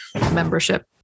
membership